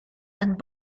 and